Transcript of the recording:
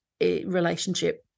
relationship